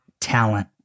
talent